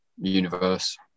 universe